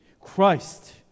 Christ